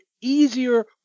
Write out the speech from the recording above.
easier